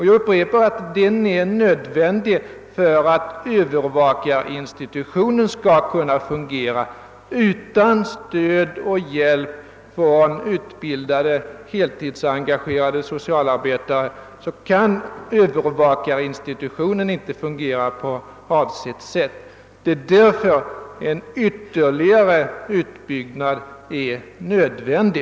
Jag upprepar att en dylik utbyggnad är nödvändig för att övervakarinstitutionen skall kunna fungera. Utan stöd och hjälp från utbildade, heltidsengagerade socialarbetare kan övervakarinstitutionen inte fungera på avsett säll. Därför är en ytterligare utbyggnad nödvändig.